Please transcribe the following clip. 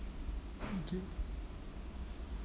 okay